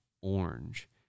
Orange